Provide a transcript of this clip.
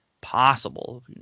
possible